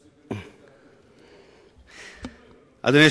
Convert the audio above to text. קוק בטבריה?